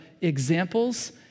examples